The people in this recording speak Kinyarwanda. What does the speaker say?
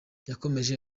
yakomeje